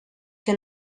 que